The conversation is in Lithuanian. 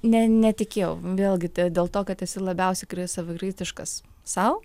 ne netikėjau vėlgi dėl to kad esi labiausiai kris savikritiškas sau